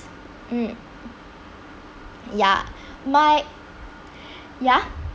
mm ya my ya